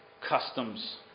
customs